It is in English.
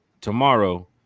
tomorrow